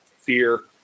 fear